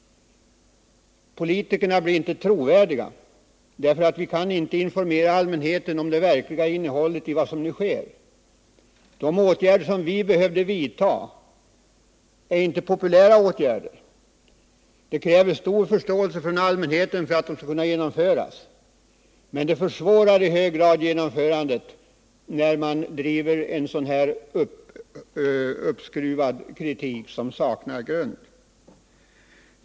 Politikerna blir inte trovärdiga. De åtgärder som vi behövde vidta är inte populära. Det krävs stor förståelse från allmänheten för att de skall kunna genomföras. Men genomförandet försvåras i hög grad av en sådan här uppskruvad kritik som saknar grund.